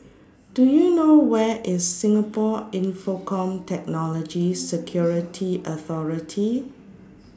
Do YOU know Where IS Singapore Infocomm Technology Security Authority